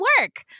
work